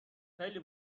خیلی